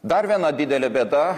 dar viena didelė bėda